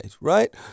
right